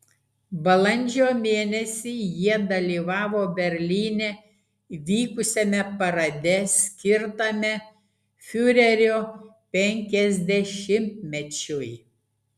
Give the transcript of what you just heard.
balandžio mėnesį jie dalyvavo berlyne vykusiame parade skirtame fiurerio penkiasdešimtmečiui